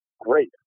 great